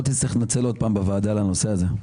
שלא תצטרך להתנצל עוד פעם בוועדה על הנושא הזה.